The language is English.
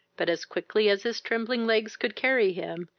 but, as quickly as his trembling legs could carry him,